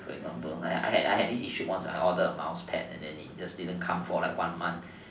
I had I had this issue once I ordered a mouse pad and then it just didn't come for like one month